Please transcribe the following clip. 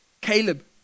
Caleb